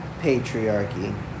patriarchy